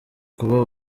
kuba